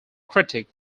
critic